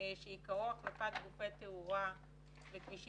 שעיקרו החלפת גופי תאורה בכבישים